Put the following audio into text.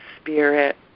spirit